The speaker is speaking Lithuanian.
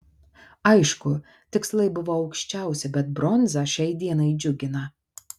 aišku tikslai buvo aukščiausi bet bronza šiai dienai džiugina